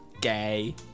gay